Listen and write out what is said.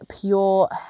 pure